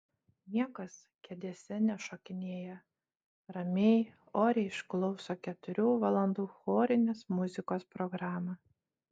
niekas kėdėse nešokinėja ramiai oriai išklauso keturių valandų chorinės muzikos programą